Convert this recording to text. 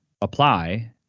apply